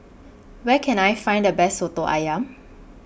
Where Can I Find The Best Soto Ayam